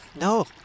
No